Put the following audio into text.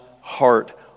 heart